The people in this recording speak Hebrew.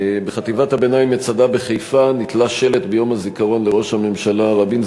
בחטיבת הביניים "מצדה" בחיפה נתלה ביום הזיכרון לראש הממשלה רבין,